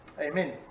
Amen